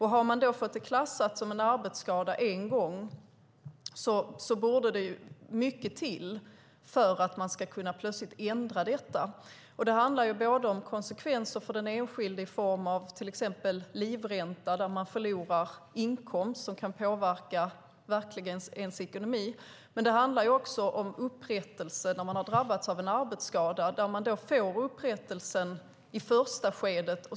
Har man fått skadan klassad som en arbetsskada en gång borde det krävas mycket för att det plötsligt ska kunna ändras. Det handlar om konsekvenser för den enskilde i form av till exempel livränta. Man förlorar inkomst som kan påverka ens ekonomi. Men det handlar också om upprättelse när man har drabbats av en arbetsskada. Man får då upprättelse i första skedet.